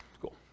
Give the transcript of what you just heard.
cool